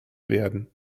werden